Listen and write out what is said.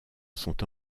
sont